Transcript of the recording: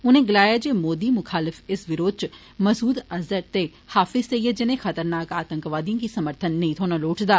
उनें गलाया जे मोदी मुखालफ इस विरोध च मसूद अजहर ते हाफिज सईद जनेए खतरनाक आतकवादिए गी समर्थन नेई थ्होना लोढ़चदा